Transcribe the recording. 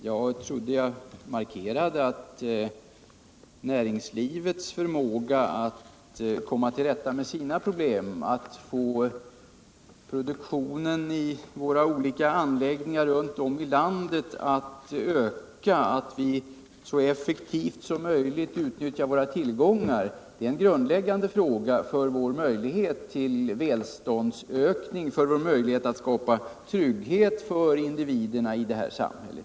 Jag trodde att jag tidigare markerade att näringslivets förmåga att komma till rätta med sina problem, att få produktionen i våra olika anläggningar runt om i landet att öka och att så effektivt som möjligt utnyttja våra tillgångar, är grundläggande för vår möjlighet att öka vårt välstånd och skapa trygghet för individerna i det här samhället.